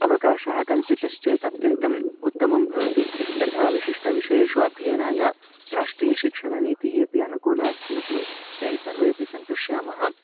अवकाशः कल्पितश्चेत् अत्यन्तम् उत्तमं भवति यतः विशिष्ट विषयेषु अध्ययनाय राष्ट्रीयशिक्षणनीतिः अपि अनुकूला अस्ति इति वयं सर्वेपि सन्तुष्यामः